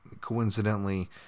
Coincidentally